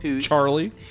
Charlie